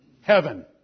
Heaven